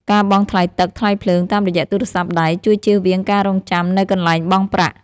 ការបង់ថ្លៃទឹក ថ្លៃភ្លើង តាមរយៈទូរស័ព្ទដៃ ជួយចៀសវាងការរង់ចាំនៅកន្លែងបង់ប្រាក់។